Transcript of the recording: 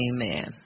Amen